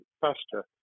faster